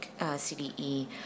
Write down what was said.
CDE